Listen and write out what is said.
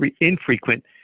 infrequent